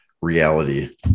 reality